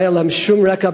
לא היה להם בכלל שום רקע